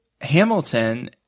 Hamilton